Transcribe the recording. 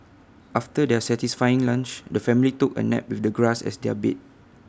after their satisfying lunch the family took A nap with the grass as their bed